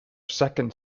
second